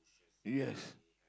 yes